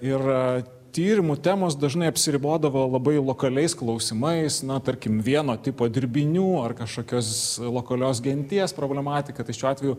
ir tyrimų temos dažnai apsiribodavo labai lokaliais klausimais na tarkim vieno tipo dirbinių ar kažkokios lokalios genties problematika tai šiuo atveju